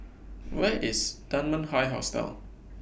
Where IS Dunman High Hostel